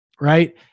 Right